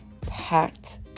packed